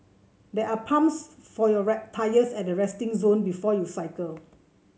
there are pumps for your tyres at the resting zone before you cycle